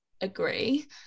agree